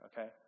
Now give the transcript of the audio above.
Okay